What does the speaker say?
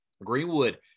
Greenwood